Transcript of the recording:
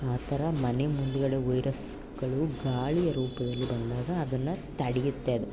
ಆ ಥರ ಮನೆ ಮುಂದುಗಡೆ ವೈರಸ್ಸುಗಳು ಗಾಳಿಯ ರೂಪದಲ್ಲಿ ಬಂದಾಗ ಅದನ್ನು ತಡೆಯುತ್ತೆ ಅದು